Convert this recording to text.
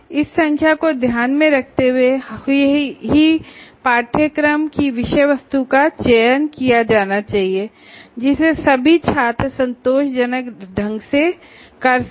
इस संख्या को ध्यान में रखते हुए कोर्स a की विषयवस्तु का चयन किया जाना चाहिए जिसे सभी छात्र संतोषजनक ढंग से कर सके